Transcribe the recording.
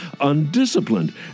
undisciplined